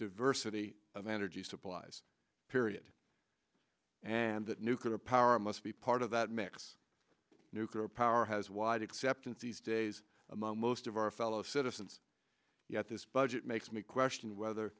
diversity of energy supplies period and that nuclear power must be part of that mix nuclear power has wide acceptance these days among most of our fellow citizens yet this budget makes me question whether